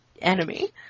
enemy